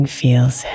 feels